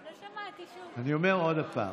אני אומר עוד פעם,